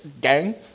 gang